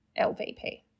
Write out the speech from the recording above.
LVP